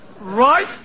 Right